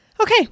Okay